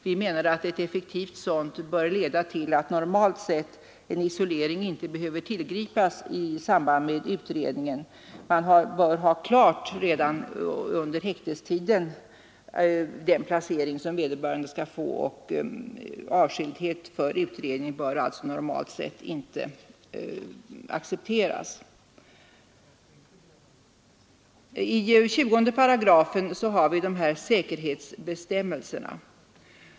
Vi menar att ett effektivt sådant bör leda till att isolering normalt inte behöver tillgripas i samband med utredning. Man bör ha klart redan under häktningstiden vilken placering vederbörande skall få, och avskildhet för utredning bör normalt sett inte accepteras. 208 innehåller säkerhetsbestämmelser.